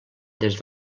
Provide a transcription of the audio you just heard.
des